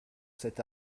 cet